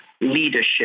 Leadership